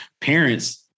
parents